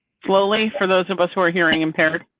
slowly for those of us who are hearing impaired